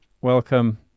welcome